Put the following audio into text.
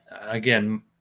again